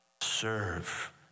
serve